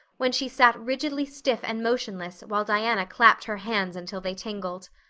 when she sat rigidly stiff and motionless while diana clapped her hands until they tingled.